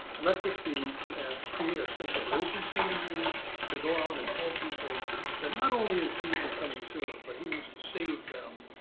let this be create a sense of urgency and you to go out and tell people that not only is jesus coming soon, but he wants to save them.